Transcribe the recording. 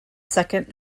second